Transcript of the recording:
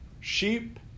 sheep